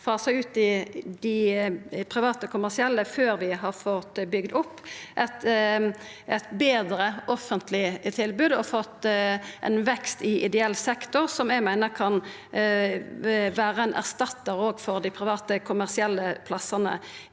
fasa ut dei private kommersielle før vi har fått bygd opp eit betre offentleg tilbod og fått ein vekst i ideell sektor, som eg meiner kan vera ein erstattar for dei private kommersielle plassane.